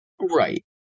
Right